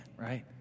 right